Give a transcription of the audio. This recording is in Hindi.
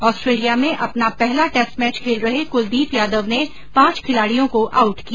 ऑस्ट्रेलिया में अपना पहला टैस्ट खेल रहे कुलदीप यादव ने पांच खिलाड़ियों को आउट किया